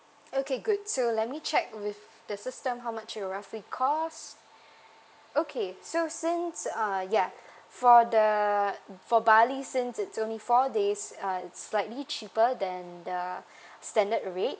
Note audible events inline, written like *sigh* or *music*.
okay good so let me check with the system how much it'll roughly cost okay so since uh ya for the for bali since it's only four days uh it's slightly cheaper than the *breath* standard rate